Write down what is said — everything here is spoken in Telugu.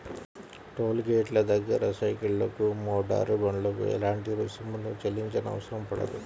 టోలు గేటుల దగ్గర సైకిళ్లకు, మోటారు బండ్లకు ఎలాంటి రుసుమును చెల్లించనవసరం పడదు